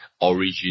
origin